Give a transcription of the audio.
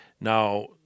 Now